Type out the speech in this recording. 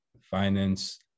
finance